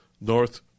North